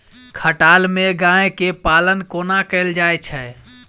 खटाल मे गाय केँ पालन कोना कैल जाय छै?